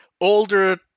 older